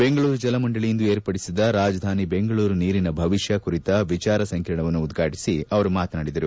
ಬೆಂಗಳೂರು ಜಲಮಂಡಳಿ ಇಂದು ಏರ್ಪಡಿಸಿದ್ದ ರಾಜಧಾನಿ ಬೆಂಗಳೂರು ನೀರಿನ ಭವಿಷ್ಣ ಕುರಿತ ವಿಚಾರ ಸಂಕಿರಣವನ್ನು ಉದ್ವಾಟಿಸಿ ಅವರು ಮಾತನಾಡಿದರು